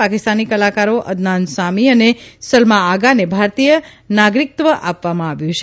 પાકિસ્તાની કલાકારો અદનાન સામી અને સલમા આગાને ભારતીય નાગરીકત્વ આપવામાં આવ્યું છે